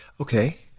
Okay